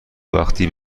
وقتی